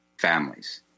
families